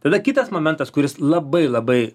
tada kitas momentas kuris labai labai